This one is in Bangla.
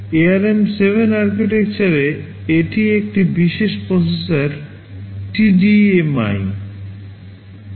ARM 7 আর্কিটেকচারে এটি একটি বিশেষ প্রসেসর টিডিএমআই